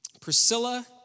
Priscilla